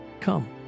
come